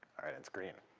all right, it's green.